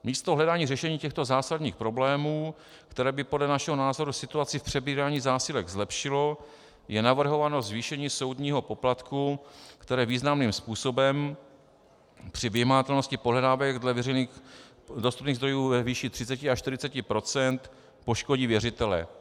Místo hledání řešení těchto zásadních problémů, které by podle našeho názoru situaci v přebírání zásilek zlepšilo, je navrhováno zvýšení soudního poplatku, které významným způsobem při vymahatelnosti pohledávek dle veřejně dostupných zdrojů ve výši 3040 % poškodí věřitele.